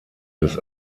des